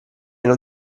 non